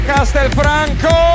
Castelfranco